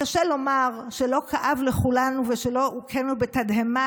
קשה לומר שלא כאב לכולנו ושלא הוכינו בתדהמה